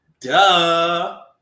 Duh